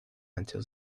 until